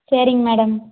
சரிங் மேடம்